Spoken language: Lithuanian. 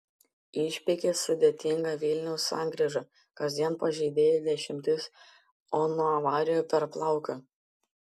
išpeikė sudėtingą vilniaus sankryžą kasdien pažeidėjų dešimtys o nuo avarijų per plauką